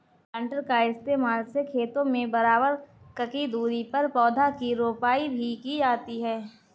planter का इस्तेमाल से खेतों में बराबर ककी दूरी पर पौधा की रोपाई भी की जाती है